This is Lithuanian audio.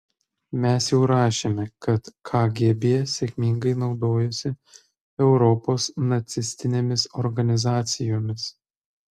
mes jau rašėme kad kgb sėkmingai naudojosi europos nacistinėmis organizacijomis